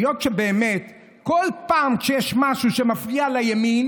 היות שבאמת כל פעם שיש משהו שמפריע לימין